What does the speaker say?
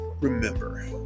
Remember